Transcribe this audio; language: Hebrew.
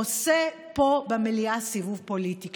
עושה פה במליאה סיבוב פוליטי,